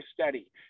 study